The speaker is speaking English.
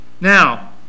now